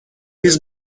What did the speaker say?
his